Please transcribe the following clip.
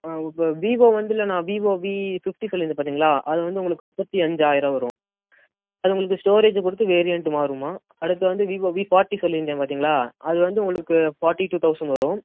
இப்போ விவோ வந்துல்ல நான் விவோ வி ஃபிஃப்டி சொல்லிருந்தேன் பார்த்திங்களா அது வந்து உங்களுக்கு முப்பத்தி அஞ்சாயிரம் வரும் அது உங்களுக்கு ஸ்டோரேஜை கொடுத்து வேரியன்ட்டு மாறும்மா அடுத்து வந்து விவோ வி ஃபார்ட்டி சொல்லியிருந்தேன் பார்த்தீங்களா அது வந்து உங்களுக்கு ஃபார்ட்டி டூ தௌசண்ட் வரும்